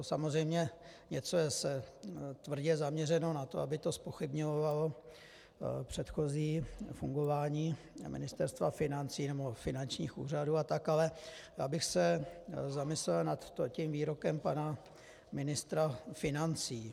Samozřejmě něco je zase tvrdě zaměřeno na to, aby to zpochybňovalo předchozí fungování Ministerstva financí nebo finančních úřadů a tak, ale já bych se zamyslel nad výrokem pana ministra financí.